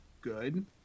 good